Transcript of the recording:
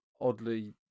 oddly